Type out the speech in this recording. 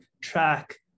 track